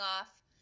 off